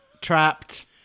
Trapped